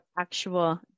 actual